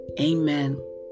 Amen